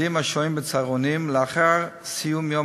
לילדים השוהים בצהרונים לאחר סיום יום